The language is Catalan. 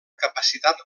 capacitat